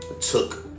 took